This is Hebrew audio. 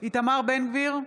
איתמר בן גביר,